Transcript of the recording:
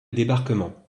débarquement